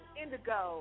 indigo